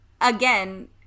again